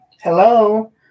hello